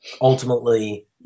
ultimately